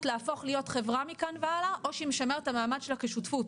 להפוך להיות חברה מכאן והלאה או שהיא משמרת את המעמד שלה כשותפות.